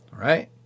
Right